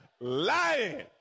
lying